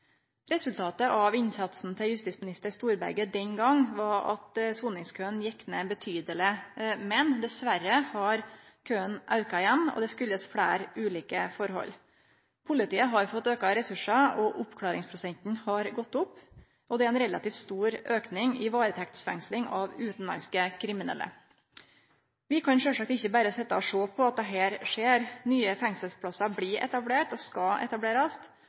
Resultatet av innsatsen til tidligare justisminister Storberget var den gongen at soningskøane gikk ned betydeleg, men dessverre har køane auka igjen. Det kjem av fleire ulike forhold. Politiet har fått auka ressursar og oppklaringsprosenten har gått opp, og det er ein relativt stor auking i varetektsfengsling av utanlandske kriminelle. Vi kan sjølvsagt ikkje berre sitje og sjå på at dette skjer. Nye fengselsplassar blir etablerte og skal etablerast.